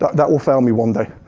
that will fail me one day.